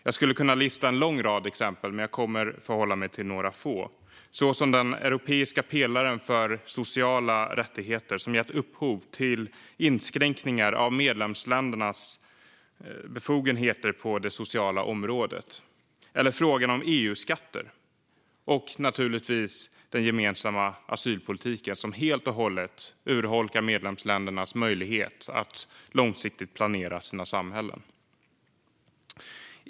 Jag skulle kunna lista en lång rad exempel, men jag ger några få, såsom den europeiska pelaren för sociala rättigheter som gett upphov till inskränkningar av medlemsländernas befogenheter på det sociala området, frågan om EU-skatter och naturligtvis den gemensamma asylpolitiken som helt och hållet urholkar medlemsländernas möjlighet att långsiktigt planera sina samhällen.